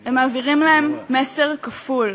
הם מעבירים להם מסר כפול,